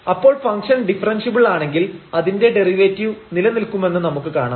അപ്പോൾ function differentiable ആണെങ്കിൽ അതിൻറെ ഡെറിവേറ്റീവ് നിലനിൽക്കുമെന്ന് നമുക്ക് കാണാം